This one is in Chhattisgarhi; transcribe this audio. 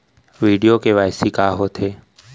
वीडियो के.वाई.सी का होथे